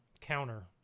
counter